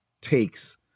takes